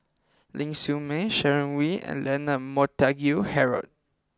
Ling Siew May Sharon Wee and Leonard Montague Harrod